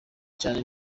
cyane